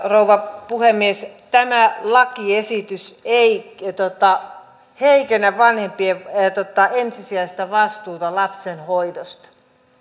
rouva puhemies tämä lakiesitys ei heikennä vanhempien ensisijaista vastuuta lapsen hoidosta